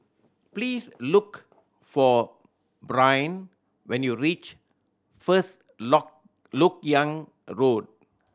please look for Brynn when you reach First Lok Lok Yang Road